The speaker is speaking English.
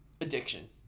Addiction